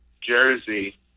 jersey